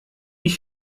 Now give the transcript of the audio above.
wie